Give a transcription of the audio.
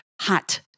hot